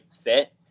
fit